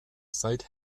seit